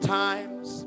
times